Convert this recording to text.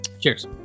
Cheers